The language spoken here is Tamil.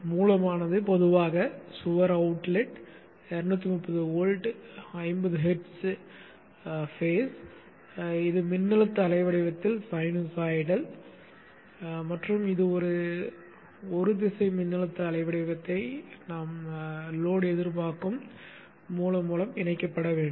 மூலமானது பொதுவாக சுவர் அவுட்லெட் 230 வோல்ட் 50 ஹெர்ட்ஸ் கட்டம் இது மின்னழுத்த அலை வடிவத்தில் சைனூசாய்டல் மற்றும் இது ஒரு திசை மின்னழுத்த அலை வடிவத்தை எதிர்பார்க்கும் சுமை மூலம் இணைக்கப்பட வேண்டும்